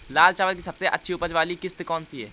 लाल चावल की सबसे अच्छी उपज वाली किश्त कौन सी है?